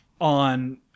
on